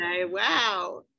wow